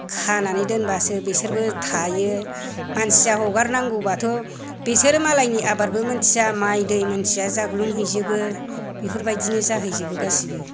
खानानै दोनबासो बिसोरबो थायो मानसिया हगारनांगौबाथ' बिसोरो मालायनि आबादबो मोन्थिया माइ दै मोन्थिया जाग्लुंहैजोबो बेफोरबायदिनो जाहैजोबो गासैबो